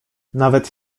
nawet